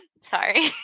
Sorry